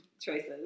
choices